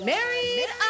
Married